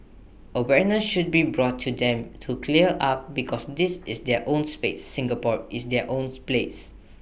awareness should be brought to them to clear up because this is their own space Singapore is their own place